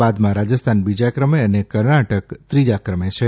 બાદમાં રાજસ્થાન બીજા ક્રમે અને કર્ણાટક ત્રીજા ક્રમે છે